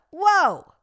Whoa